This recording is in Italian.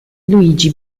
luigi